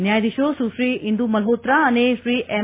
ન્યાયાધીશો સુશ્રી ઇન્દુ મલ્હોત્રા અને શ્રી એમ